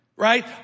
Right